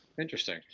Interesting